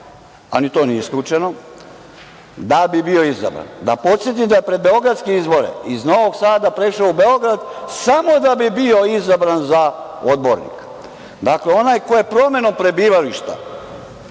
a ni to nije isključeno, da bi bio izabran. Da podsetim da je pred beogradske izbore iz Novog Sada prešao u Beogradu samo da bi bio izabran za odbornika. Dakle, onaj ko je promenom prebivališta,